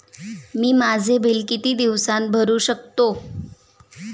मी माझे बिल किती दिवसांत भरू शकतो?